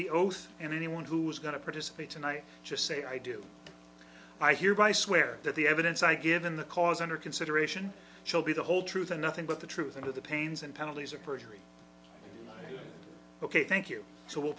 the oath and anyone who is going to participate and i just say i do i hereby swear that the evidence i give in the cause under consideration shall be the whole truth and nothing but the truth of the pains and penalties of perjury ok thank you so will